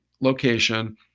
location